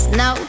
no